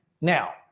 Now